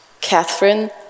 Catherine